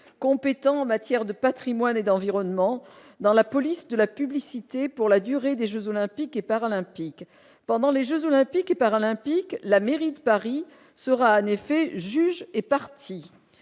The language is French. compétent en matière de Patrimoine et d'environnement dans la police, de la publicité pour la durée des Jeux olympiques et paralympiques pendant les Jeux olympiques et paralympiques, la mairie de Paris sera fait juge et partie,